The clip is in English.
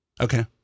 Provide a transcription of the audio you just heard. Okay